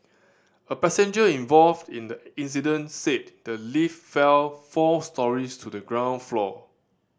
a passenger involved in the incident said the lift fell four storeys to the ground floor